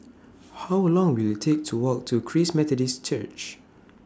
How Long Will IT Take to Walk to Christ Methodist Church